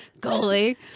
Goalie